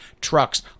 trucks